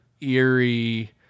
eerie